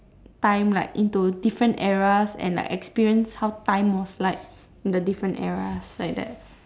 time like into different eras and like experience how time was like in the different eras like that